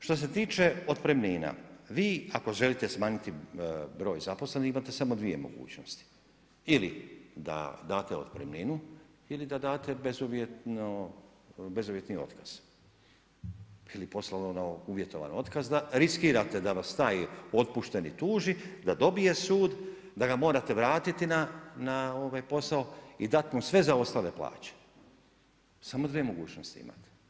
Što se tiče otpremnina, vi ako želite smanjiti broj zaposlenih imate samo dvije mogućnosti ili da date otpremninu ili da date bezuvjetni otkaz ili poslovno uvjetovani otkaz da riskirate da vas taj otpušteni tuži, da dobije sud, da ga morate vratiti na posao i dati mu sve zaostale plaće, samo dvije mogućnosti imate.